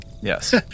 Yes